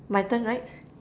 my turn right